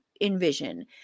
envision